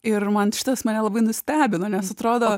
ir man šitas mane labai nustebino nes atrodo